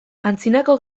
antzinako